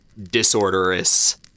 disorderous